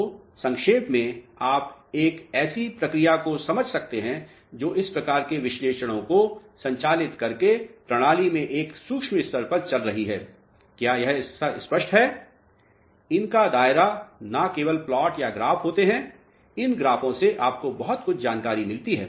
तो संक्षेप में आप एक ऐसी प्रक्रिया को समझ सकते हैं जो इस प्रकार के विश्लेषणों को संचालित करके प्रणाली में एक सूक्ष्म स्तर पर चल रही है क्या यह हिस्सा स्पष्ट है इनका दायरा न केवल प्लाट या ग्राफ होते हैं इन ग्राफों से आपको बहुत कुछ जानकारी मिलती है